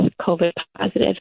COVID-positive